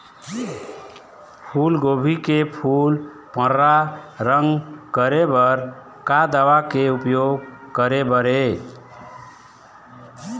फूलगोभी के फूल पर्रा रंग करे बर का दवा के उपयोग करे बर ये?